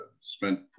Spent